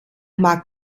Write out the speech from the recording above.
mag